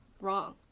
wrong